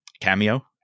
cameo